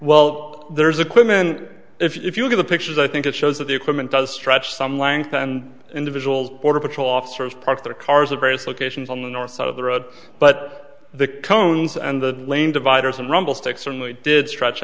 well there's a clear men if you look at the pictures i think it shows that the equipment does stretch some length and individuals border patrol officers parked their cars at various locations on the north side of the road but the cones and the lane dividers and rumble sticks certainly did stretch